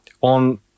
on